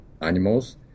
animals